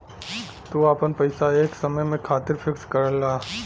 तू आपन पइसा एक समय खातिर फिक्स करला